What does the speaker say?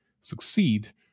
succeed